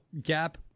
gap